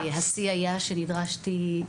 השיא היה שנדרשתי,